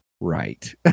right